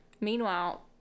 Meanwhile